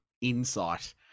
insight